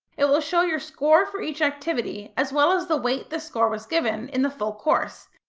it will show your score for each activity, as well as the weight this score was given in the full course,